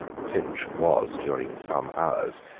finch was, during some hours,